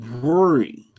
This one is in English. worry